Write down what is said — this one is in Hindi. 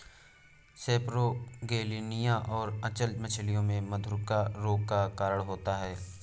सेपरोगेलनिया और अचल्य मछलियों में मधुरिका रोग का कारण होता है